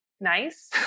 nice